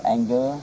Anger